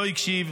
לא הקשיב.